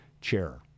chair